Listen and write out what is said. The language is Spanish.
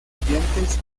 sirvientes